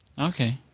Okay